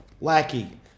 lackey